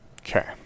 Okay